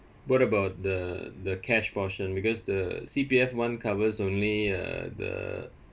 what about the the cash portion because the C_P_F [one] covers only uh the